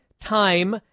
time